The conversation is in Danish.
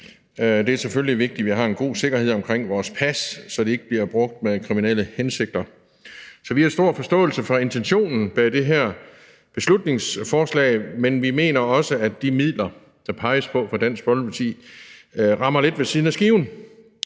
Det er selvfølgelig vigtigt, at vi har en god sikkerhed omkring vores pas, så de ikke bliver brugt af nogen med kriminelle hensigter. Så vi har stor forståelse for intentionen bag det her beslutningsforslag, men vi mener også, at de midler, der peges på fra Dansk Folkeparti, rammer lidt ved siden af skiven.